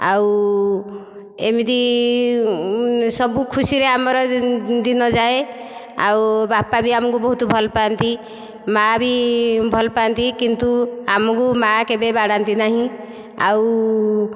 ଆଉ ଏମିତି ସବୁ ଖୁସିରେ ଆମର ଦିନ ଯାଏ ଆଉ ବାପା ବି ଆମକୁ ବହୁତ ଭଲ ପାଆନ୍ତି ମା ବି ଭଲ ପାଆନ୍ତି କିନ୍ତୁ ଆମକୁ ମା କେବେ ବାଡ଼ାନ୍ତି ନାହିଁ ଆଉ